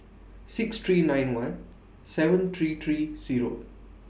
six three nine one seven three three Zero